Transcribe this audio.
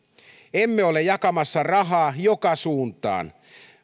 emme ole jakamassa rahaa joka suuntaan